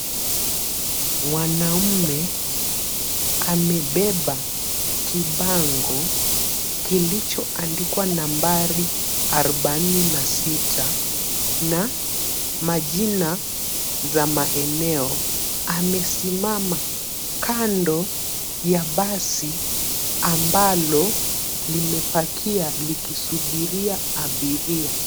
Mwanaume amebeba kibango kilichoandikwa nambari arobaini na sita na majina za maeneo. Amesimama kando ya basi ambalo limepakia likisubiria abiria.